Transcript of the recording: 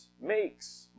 makes